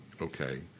Okay